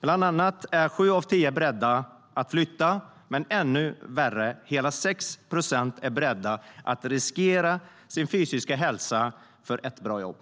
Bland annat är sju av tio beredda att flytta, men ännu värre är att hela 6 procent är beredda att riskera sin fysiska hälsa för ett bra jobb.